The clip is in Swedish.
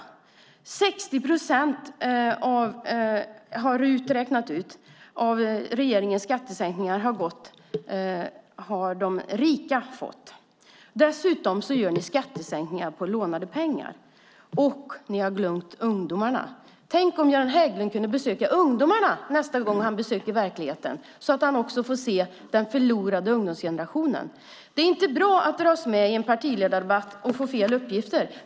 Riksdagens utredningstjänst har räknat ut att de rika har fått 60 procent av regeringens skattesänkningar. Dessutom gör ni skattesänkningar med lånade pengar. Ni har glömt ungdomarna. Tänk om Göran Hägglund kunde träffa ungdomar nästa gång han besöker verkligheten så att han får möta den förlorade ungdomsgenerationen. Det är inte bra att dras med i en partiledardebatt med fel uppgifter.